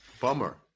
bummer